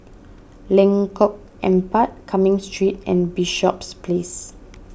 Lengkong Empat Cumming Street and Bishops Place